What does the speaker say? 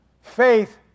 faith